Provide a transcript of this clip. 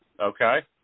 Okay